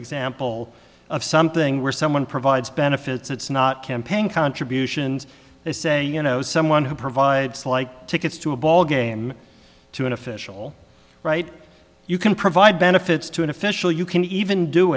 example of something where someone provides benefits it's not campaign contributions they say you know someone who provides like tickets to a ballgame to an official right you can provide benefits to an official you can even do